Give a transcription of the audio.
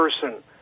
person